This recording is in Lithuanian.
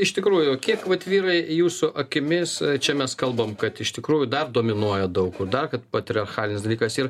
iš tikrųjų kiek vat vyrai jūsų akimis čia mes kalbam kad iš tikrųjų dar dominuoja daug kur dar kad patriarchalinis dalykas ir